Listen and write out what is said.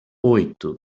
oito